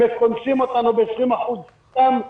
קונסים אותנו ב-20% סתם,